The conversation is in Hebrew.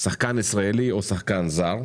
שחקן ישראלי או שחקן זר,